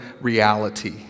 reality